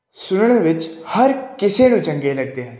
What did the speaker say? ਸੁਣਨ ਵਿੱਚ ਹਰ ਕਿਸੇ ਨੂੰ ਚੰਗੇ ਲੱਗਦੇ ਹਨ